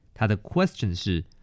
他的question是